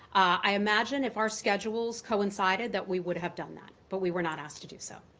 i imagine if our schedules coincided, that we would have done that, but we were not asked to do so.